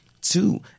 Two